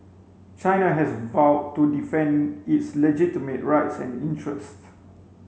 China has vowed to defend its legitimate rights and interests